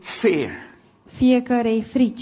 fear